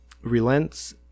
relents